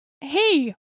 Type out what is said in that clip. Hey